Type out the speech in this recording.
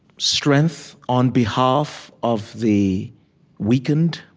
strength on behalf of the weakened.